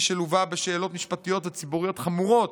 שלווה בשאלות משפטיות ציבוריות חמורות,